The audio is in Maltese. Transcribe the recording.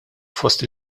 fost